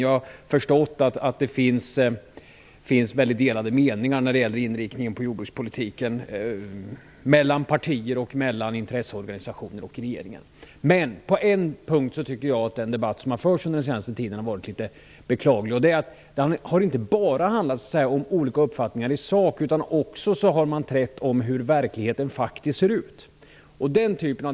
Jag har förstått att det finns delade meningar när det gäller inriktningen på jordbrukspolitiken, mellan olika partier och mellan intresseorganisationer och regeringen. Jag tycker att den debatt som har förts under den senaste tiden har varit beklaglig på en punkt. Den har inte bara handlat om olika uppfattningar i sak, utan man har också trätt om hur verkligheten faktiskt ser ut.